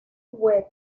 wave